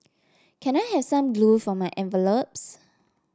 can I have some glue for my envelopes